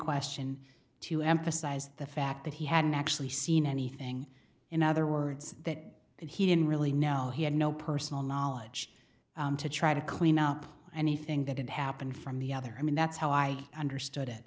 question to emphasize the fact that he hadn't actually seen anything in other words that and he didn't really now he had no personal knowledge to try to clean up anything that had happened from the other i mean that's how i understood it